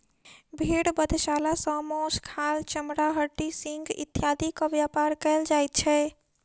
भेंड़ बधशाला सॅ मौस, खाल, चमड़ा, हड्डी, सिंग इत्यादिक व्यापार कयल जाइत छै